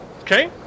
Okay